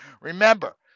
Remember